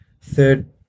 third